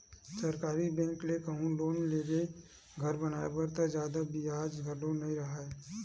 सरकारी बेंक ले कहूँ लोन लेबे घर बनाए बर त जादा बियाज घलो नइ राहय